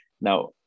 Now